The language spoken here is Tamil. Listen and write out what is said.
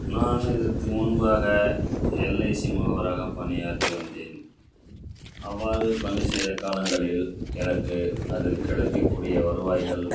நான் இதற்கு முன்பாக எல்ஐசி முகவராக பணியாற்றி வந்தேன் அவ்வாறு பணி செய்த காலங்களில் எனக்கு அதில் கிடைக்கக்கூடிய வருவாய்கள்